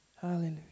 Hallelujah